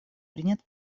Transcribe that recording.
принят